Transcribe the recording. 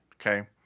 Okay